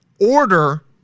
order